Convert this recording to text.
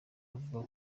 avuga